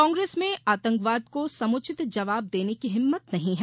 कांग्रेस में आतंकवाद को समुचित जवाब देने की हिम्मत नहीं है